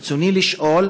ברצוני לשאול: